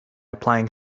applying